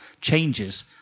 changes